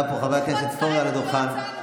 לא, אדוני, הם לא מבינים.